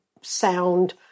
sound